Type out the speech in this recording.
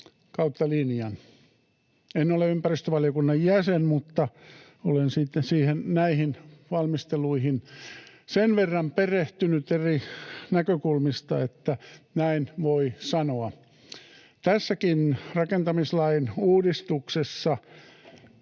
kautta linjan. En ole ympäristövaliokunnan jäsen, mutta olen sitten näihin valmisteluihin sen verran perehtynyt eri näkökulmista, että näin voi sanoa. Tässäkin rakentamislain uudistuksessa